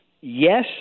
yes